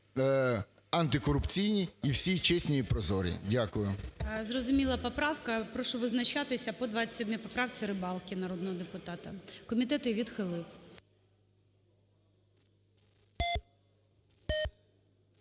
антикорупційні і всі чесні і прозорі. Дякую. ГОЛОВУЮЧИЙ. Зрозуміла поправка. Прошу визначатися по 27-й поправці Рибалки народного депутата. Комітет її відхилив.